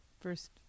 first